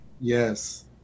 Yes